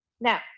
Now